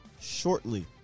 shortly